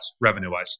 Revenue-wise